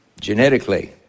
Genetically